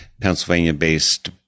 Pennsylvania-based